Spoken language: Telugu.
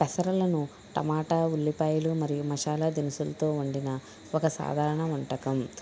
పెసరలను టమాటా ఉల్లిపాయలు మరియు మసాలా దినుసులుతో వండిన ఒక సాధారణ వంటకం